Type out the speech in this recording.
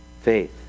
faith